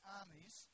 armies